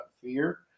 fear